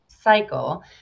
cycle